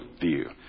view